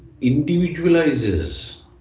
individualizes